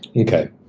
okay.